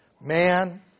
Man